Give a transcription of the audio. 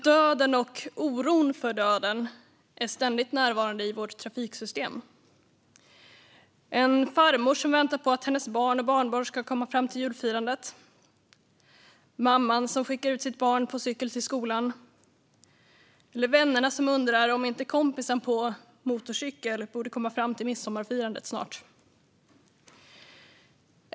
Döden och oron för döden är dock ständigt närvarande i vårt trafiksystem - hos farmodern som väntar på att hennes barn och barnbarn ska komma fram till julfirandet, hos mamman som skickar sitt barn till skolan på cykel, hos vännerna som undrar om inte kompisen på motorcykel snart borde vara framme vid midsommarfirandet.